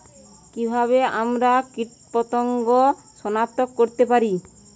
কিভাবে আমরা কীটপতঙ্গ সনাক্ত করতে পারি?